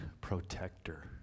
protector